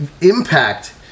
impact